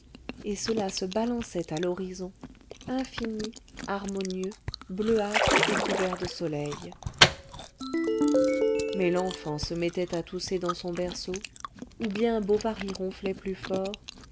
et cela se balançait à l'horizon infini harmonieux bleuâtre et couvert de soleil mais l'enfant se mettait à tousser dans son berceau ou bien bovary ronflait plus fort